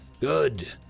Good